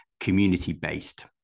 community-based